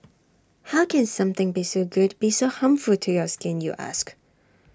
how can something be so good be so harmful to your skin you ask